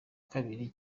kabiri